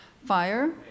fire